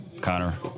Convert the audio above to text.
Connor